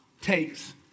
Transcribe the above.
takes